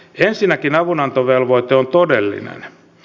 ensinnäkin avunantovelvoite on todellinen